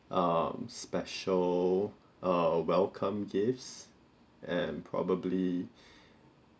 um special err welcome gifts and probably